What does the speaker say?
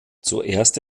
zuerst